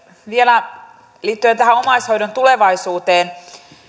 vielä liittyen tähän omaishoidon tulevaisuuteen